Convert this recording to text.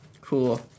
Cool